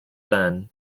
then